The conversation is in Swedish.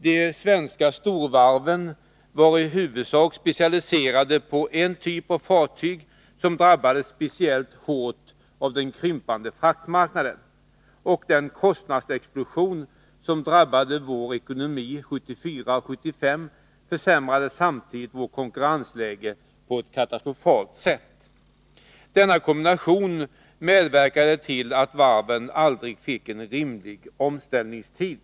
De svenska storvarven var i huvudsak specialiserade på en typ av fartyg, som drabbades speciellt hårt av den krympande fraktmarknaden. Den kostnadsexplosion som drabbade vår ekonomi 1974 och 1975 försämrade samtidigt vårt konkurrensläge på ett katastrofalt sätt. Denna kombination medverkade till att varven aldrig fick en rimlig omställningstid.